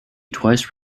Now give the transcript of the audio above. twice